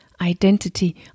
identity